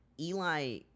Eli